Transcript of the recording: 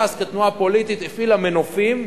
ש"ס כתנועה פוליטית הפעילה מנופים,